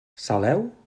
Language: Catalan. saleu